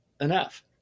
enough